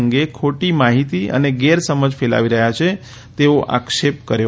અંગે ખોટી માહિતી અને ગેરસમજ ફેલાવી રહ્યા છે તેવો આક્ષેપ શ્રી નકવીએ કર્યો